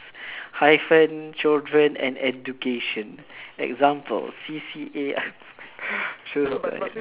hyphen children and education example C_C_A